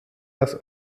das